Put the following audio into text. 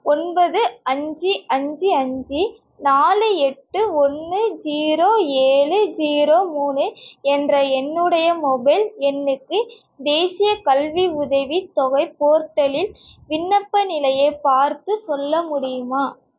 ஒன்பது அஞ்சு அஞ்சு அஞ்சு நாலு எட்டு ஒன்று ஜீரோ ஏழு ஜீரோ மூணு என்ற என்னுடைய மொபைல் எண்ணுக்கு தேசியக் கல்வி உதவித்தொகை போர்ட்டலில் விண்ணப்ப நிலையை பார்த்துச் சொல்ல முடியுமா